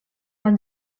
man